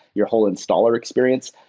your whole installer experience,